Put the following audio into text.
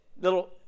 little